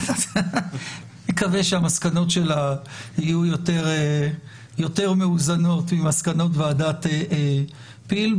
נקווה שהמסקנות שלה יהיו יותר מאוזנות ממסקנות ועדת פיל.